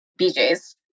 BJ's